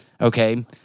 okay